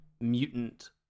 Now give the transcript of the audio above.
mutant